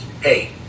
Hey